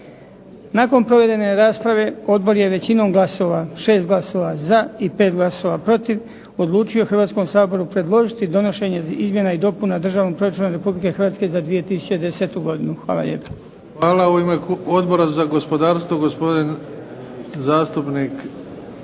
Nakon provedene rasprave odbor je većinom glasova, 6 glasova za i 5 glasova protiv, odlučio Hrvatskom saboru predložiti donošenje izmjena i dopuna Državnog proračuna RH za 2010. godinu. Hvala lijepo. **Bebić, Luka (HDZ)** Hvala. U ime Odbora za gospodarstvo gospodin zastupnik